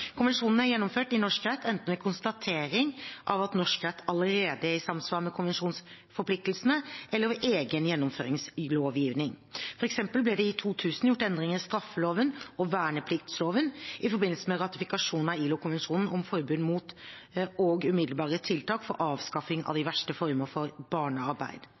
allerede er i samsvar med konvensjonsforpliktelsene eller ved egen gjennomføringslovgivning. For eksempel ble det i 2000 gjort endringer i straffeloven og vernepliktsloven i forbindelse med ratifikasjon av ILO-konvensjonen om forbud mot og umiddelbare tiltak for avskaffing av de verste former for barnearbeid.